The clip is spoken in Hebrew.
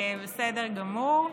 בסדר גמור.